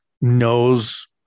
knows